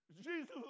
Jesus